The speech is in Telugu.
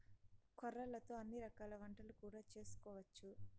కొర్రలతో అన్ని రకాల వంటలు కూడా చేసుకోవచ్చు